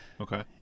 Okay